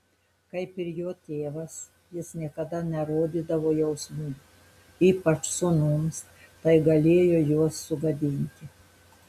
kaip ir jo tėvas jis niekada nerodydavo jausmų ypač sūnums tai galėjo juos sugadinti